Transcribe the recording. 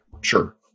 Sure